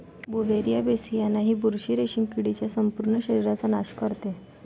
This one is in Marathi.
बुव्हेरिया बेसियाना ही बुरशी रेशीम किडीच्या संपूर्ण शरीराचा नाश करते